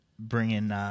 bringing